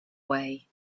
way